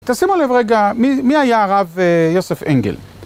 תשימו לב רגע, מי היה הרב יוסף אנגל?